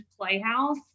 playhouse